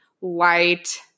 light